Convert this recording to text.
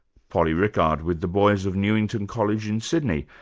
polly rickard, with the boys of newington college in sydney.